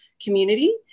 community